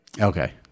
Okay